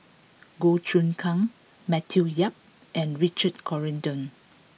Goh Choon Kang Matthew Yap and Richard Corridon